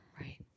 Right